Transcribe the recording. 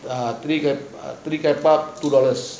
free get free get but two dollars